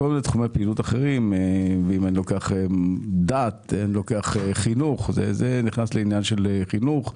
אם אני לוקח דת, חינוך, זה נכנס לעניין של חינוך.